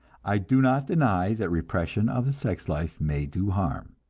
i do not deny that repression of the sex-life may do harm.